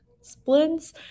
Splints